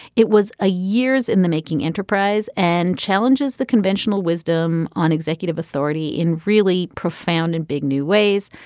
it was a years in the making enterprise and challenges the conventional wisdom on executive authority in really profound and big new ways.